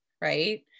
right